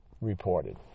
reported